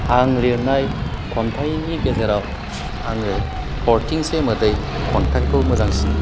आं लिरनाय खन्थाइनि गेजेराव आङो थरथिंसे मोदै खन्थाइखौ मोजांसिन